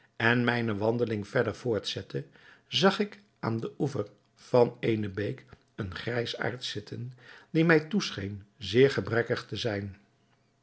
en mijne wandeling verder voortzette zag ik aan den oever van ene beek een grijsaard zitten die mij toescheen zeer gebrekkig te zijn